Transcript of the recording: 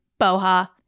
BOHA